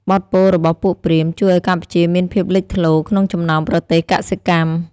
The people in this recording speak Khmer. បទពោលរបស់ពួកព្រាហ្មណ៍ ជួយឱ្យកម្ពុជាមានភាពលេចធ្លោក្នុងចំណោមប្រទេសកសិកម្ម។